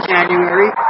January